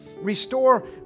Restore